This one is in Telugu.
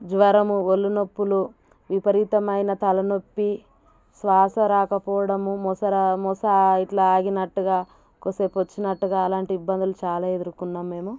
జ్వరము ఒళ్ళు నొప్పులు విపరీతమైన తలనొప్పి శ్వాస రాకపోవడము మొసర మొస ఇలా ఆగినట్టుగా కుసేపు వచ్చినట్టుగా అలాంటి ఇబ్బందులు చాలా ఎదుర్కొన్నాము మేము